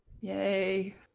Yay